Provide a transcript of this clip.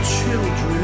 children